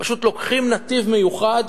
פשוט לוקחים נתיב מיוחד,